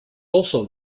also